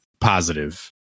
positive